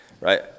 right